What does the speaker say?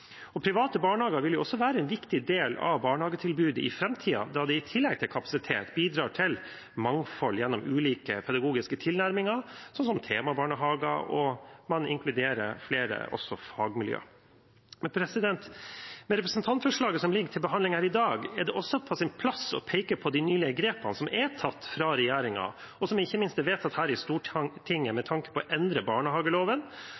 Private barnehager vil også være en viktig del av barnehagetilbudet i framtiden, da det i tillegg til kapasitet bidrar til mangfold gjennom ulike pedagogiske tilnærminger, som f.eks. temabarnehager, og man inkluderer også flere fagmiljøer. Med representantforslaget som ligger til behandling her i dag, er det også på sin plass å peke på de grepene som nylig er tatt fra regjeringen, og som ikke minst er vedtatt her i